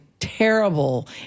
terrible